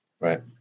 Right